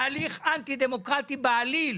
בהליך אנטי דמוקרטי בעליל,